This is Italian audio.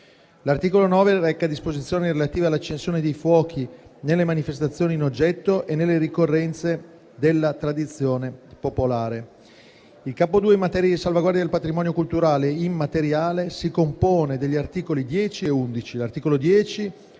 L'articolo 9 reca disposizioni relative all'accensione di fuochi nelle manifestazioni in oggetto e nelle ricorrenze della tradizione popolare. Il capo II in materia di salvaguardia del patrimonio culturale immateriale si compone degli articoli 10 e 11.